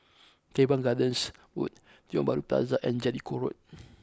Teban Gardens Road Tiong Bahru Plaza and Jellicoe Road